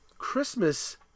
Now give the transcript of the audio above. Christmas